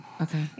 Okay